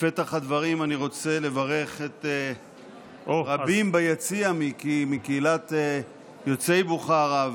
בפתח הדברים אני רוצה לברך רבים ביציע מקהילת יוצאי בוכרה,